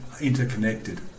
interconnected